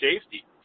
safety